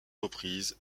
reprises